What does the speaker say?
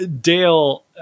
Dale